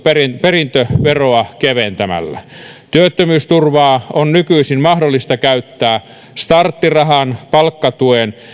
perintöveroa keventämällä työttömyysturvaa on nykyisin mahdollista käyttää starttirahan palkkatuen